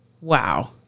wow